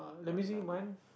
blah blah blah